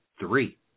three